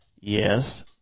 Yes